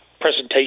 presentation